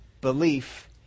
belief